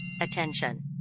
Attention